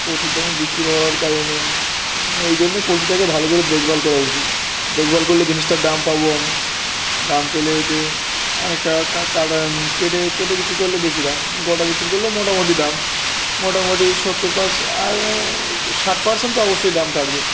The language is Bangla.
প্রচুর দামে বিক্রি হওয়ার কারণে এই জন্য পোলট্রিটাকে ভালো করে দেখভাল করা উচিত দেখভাল করলে জিনিসটার দাম পাব আমি দাম পেলে এতে অনেক টাকা কাটা কেটে কেটে বিক্রি করলে বেশি দাম গোটা বিক্রি করলেও মোটামুটি দাম মোটামুটি সত্তর পারস ষাট পার্সেন্ট তো অবশ্যই দাম থাকবে